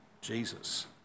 Jesus